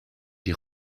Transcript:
die